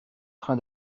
train